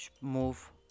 move